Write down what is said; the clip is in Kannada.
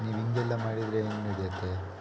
ನೀವು ಹೀಗೆಲ್ಲ ಮಾಡಿದರೆ ಹೆಂಗೆ ನೆಡೆಯುತ್ತೆ